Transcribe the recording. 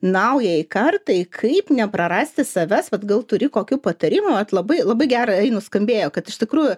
naujajai kartai kaip neprarasti savęs vat gal turi kokių patarimų vat labai labai gerai nuskambėjo kad iš tikrųjų